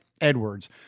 Edwards